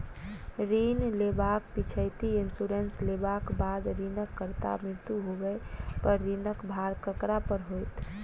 ऋण लेबाक पिछैती इन्सुरेंस लेबाक बाद ऋणकर्ताक मृत्यु होबय पर ऋणक भार ककरा पर होइत?